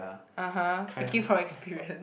(uh huh) speaking from experience